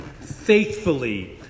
faithfully